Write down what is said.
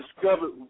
discovered